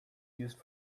used